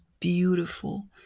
beautiful